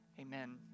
Amen